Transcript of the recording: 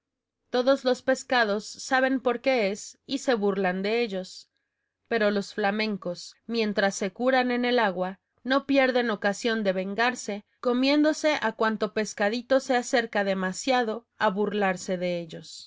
todos los peces saben por qué es y se burlan de ellos pero los flamencos mientras se curan en el agua no pierden ocasión de vengarse comiéndose a cuanto pececito se acerca demasiado a burlarse de ellos